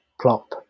plop